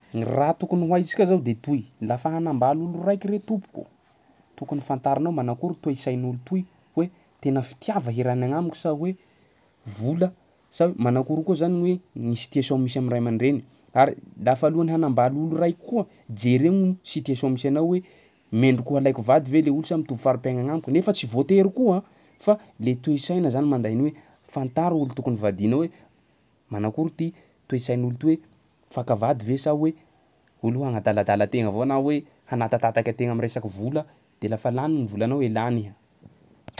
Ny raha tokony ho haintsika zao de toy: lafa hanambaly olo raiky re tompoko, tokony fantarinao manakory toe-tsain'olo toy hoe tena fitiava iarahany agnamiko sa hoe vola sa manakory koa zany ny hoe ny situation misy am'ray aman-dreny ary lafa alohan'ny hanambaly olo raiky koa jereo gny situation misy anao hoe mendrika ho alaiko vady ve le olo sa mitovy fari-piaigna agnamiko nefa tsy voatery koa fa le toe-tsaina zany manday an'io hoe fantaro olo tokony ho vadianao hoe manakory ty toe-tsain'olo ty hoe faka vady ve sa hoe olo hanadaladala an-tegna avao na hoe hanatatataka an-tegna am'resaky vola de lafa lany ny volanao ialany.